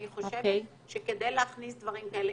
אני חושבת שכדי להכניס דברים כאלה,